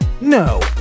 No